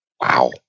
Wow